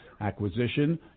acquisition